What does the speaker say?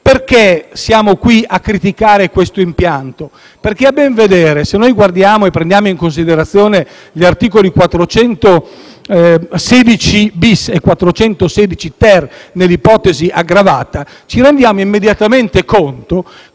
Siamo qui a criticare questo impianto perché a ben vedere, se prendiamo in considerazione gli articoli 416-*bis* e 416-*ter* nell'ipotesi aggravata, ci rendiamo immediatamente conto